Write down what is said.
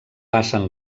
passen